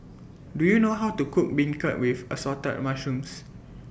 Do YOU know How to Cook Beancurd with Assorted Mushrooms